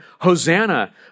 Hosanna